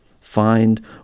Find